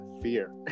fear